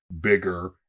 bigger